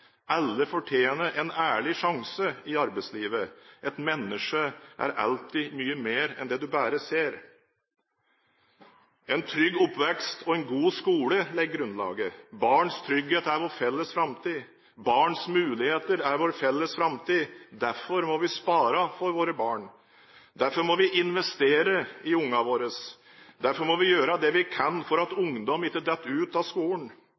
Alle fortjener en ærlig sjanse i arbeidslivet. Et menneske er alltid mye mer enn det du ser. En trygg oppvekst og en god skole legger grunnlaget. Barns trygghet er vår felles framtid. Barns muligheter er vår felles framtid. Derfor må vi spare for våre barn. Derfor må vi investere i våre barn. Derfor må vi gjøre det vi kan for at ungdom ikke faller ut av skolen.